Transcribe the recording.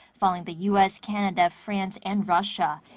following the u s, canada, france and russia.